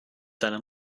deiner